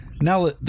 now